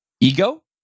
ego